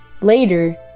Later